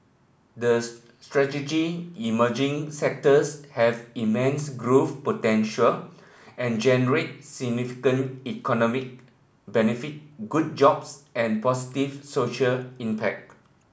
the strategic emerging sectors have immense growth potential and generate significant economic benefit good jobs and positive social impact